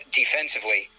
defensively